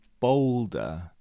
bolder